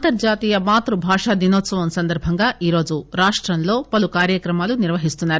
అంతర్హాతీయ మాతృ భాషా దినోత్సవం సందర్బంగా ఈరోజు రాష్టంలో పలు కార్యక్రమాలు నిర్వహిస్తున్నారు